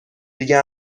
دیگه